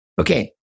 Okay